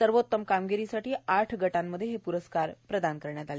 सर्वोत्तम कामगिरीसाठी आठ गटांमध्ये हे प्रस्कार प्रदान करण्यात आले